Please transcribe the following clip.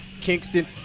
Kingston